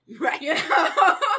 right